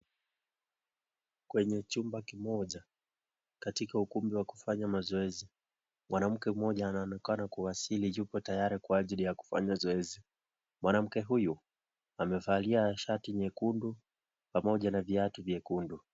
Kwenye chumba kimoja katika ukumbi wa kufanya mazoezi. Mwanamke mmoja anaonekana kuwasili yupo tayari kwa ajili ya kufanya zoezi. Mwanamke huyu amevalia shati nyekundu pamoja na viatu vyekundu.